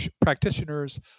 practitioners